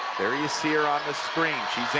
there you see her on the screen. she's in.